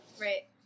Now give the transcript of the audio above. right